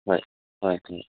হয় হয় হয়